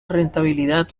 rentabilidad